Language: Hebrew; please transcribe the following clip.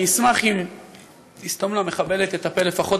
אני אשמח אם תסתום למחבלת את הפה לפחות